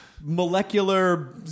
molecular